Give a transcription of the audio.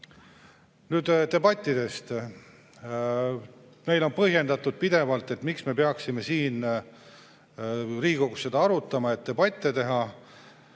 Nüüd debattidest. Meile on põhjendatud pidevalt, miks me peaksime siin Riigikogus seda arutama, et debatte teha.